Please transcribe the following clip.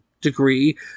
degree